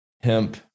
hemp